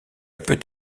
peut